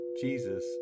jesus